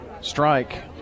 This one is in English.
strike